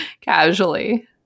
casually